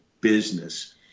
business